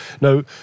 Now